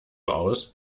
aus